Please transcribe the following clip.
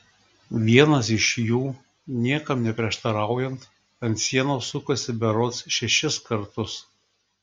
vienas iš jų niekam neprieštaraujant ant sienos sukosi berods šešis kartus